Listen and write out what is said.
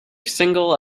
single